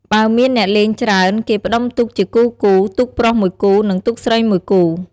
បើមានអ្នករលេងច្រើនគេផ្គុំទូកជាគូៗ ទូកប្រុស ១មួយគូ និងទូកស្រី ១ មួយគូ។